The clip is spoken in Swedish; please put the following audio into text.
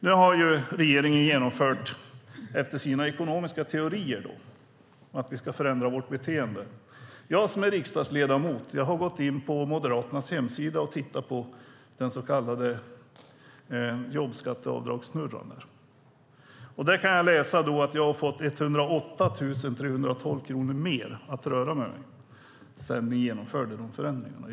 Nu har regeringen efter sina ekonomiska teorier genomfört att vi ska förändra vårt beteende. Jag som är riksdagsledamot har gått in på Moderaternas hemsida och tittat på den så kallade jobbskatteavdragssnurran. Där kan jag läsa att jag har fått 108 312 kronor mer att röra mig med sedan regeringen genomförde de här förändringarna.